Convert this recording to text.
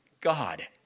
God